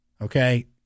okay